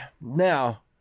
now